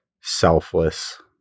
selfless